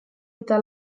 eta